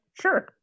Sure